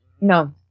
No